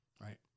right